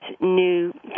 new